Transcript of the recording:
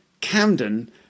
Camden